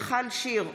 מיכל שיר סגמן,